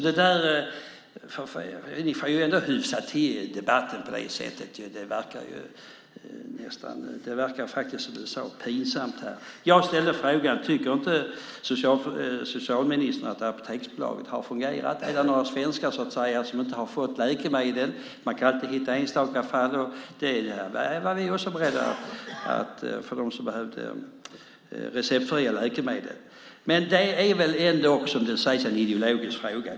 De borgerliga ledamöterna får hyfsa till debatten, för annars blir det, som jag sade, nästan pinsamt. Jag frågade om inte socialministern tycker att Apoteksbolaget har fungerat, om det finns några svenskar som inte har fått läkemedel, även om man alltid kan hitta enstaka sådana fall. Vi är också beredda att göra detta för dem som behöver receptfria läkemedel. Som det sades är det här också en ideologisk fråga.